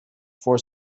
for